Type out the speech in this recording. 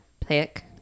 pick